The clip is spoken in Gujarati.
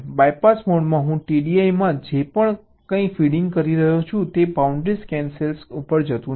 BYPASS મોડમાં હું TDI માં જે કંઈ ફીડીંગ કરી રહ્યો છું તે બાઉન્ડ્રી સ્કેન સેલ્સ ઉપર જતું નથી